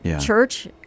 church